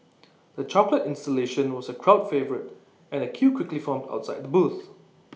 the chocolate installation was A crowd favourite and A queue quickly formed outside the booth